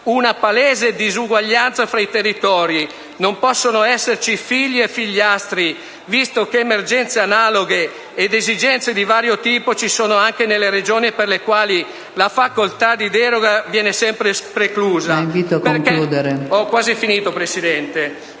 una palese disuguaglianza fra i territori: non possono esserci figli e figliastri, visto che emergenze analoghe ed esigenze di vario tipo ci sono anche nelle Regioni per le quali la facoltà di deroga viene sempre preclusa. PRESIDENTE. La invito